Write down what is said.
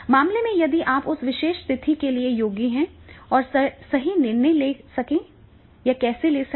मामले में यदि आप उस विशेष स्थिति के लिए योग्य हैं और सही निर्णय कैसे लें